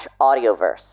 AudioVerse